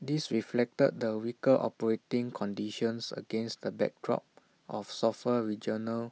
this reflected the weaker operating conditions against the backdrop of softer regional